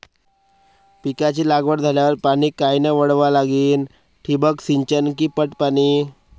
पिकाची लागवड झाल्यावर पाणी कायनं वळवा लागीन? ठिबक सिंचन की पट पाणी?